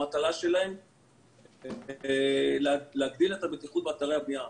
המטלה שלהם להגדיל את הבטיחות באתרי הבנייה.